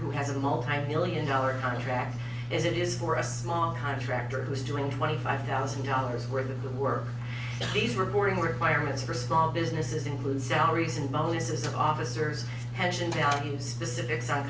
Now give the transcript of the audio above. who has a multimillion dollar contract as it is for a small contractor who's doing twenty five thousand dollars worth of the work these reporting requirements for small business include salaries and bonuses of officers pension values specifics on